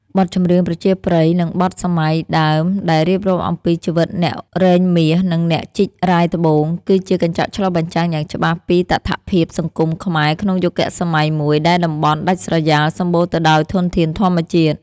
បទចម្រៀងប្រជាប្រិយ និងបទសម័យដើមដែលរៀបរាប់អំពីជីវិតអ្នករែងមាស និងអ្នកជីករ៉ែត្បូង គឺជាកញ្ចក់ឆ្លុះបញ្ចាំងយ៉ាងច្បាស់ពីតថភាពសង្គមខ្មែរក្នុងយុគសម័យមួយដែលតំបន់ដាច់ស្រយាលសម្បូរទៅដោយធនធានធម្មជាតិ។